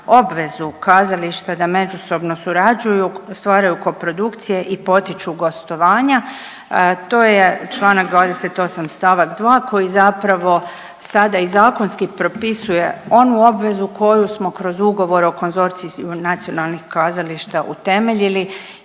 obvezu kazališta da međusobno surađuju, stvaraju koprodukcije i potiču gostovanja, to je čl. 28. st. 2. koji zapravo sada i zakonski propisuje onu obvezu koju smo kroz ugovor o konzorciji nacionalnih kazališta utemeljili